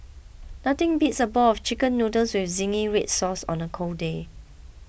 nothing beats a bowl of Chicken Noodles with Zingy Red Sauce on a cold day